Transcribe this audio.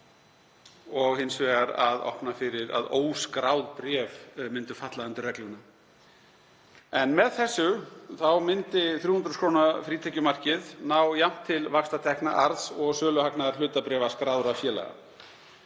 og þess að opna fyrir að óskráð bréf myndu falla undir regluna. Með þessu myndi 300.000 kr. frítekjumarkið ná jafnt til vaxtatekna, arðs og söluhagnaðar hlutabréfa skráðra félaga.